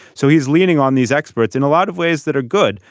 so he's leaning on these experts in a lot of ways that are good.